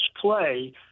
play